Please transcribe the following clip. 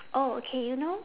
oh okay you know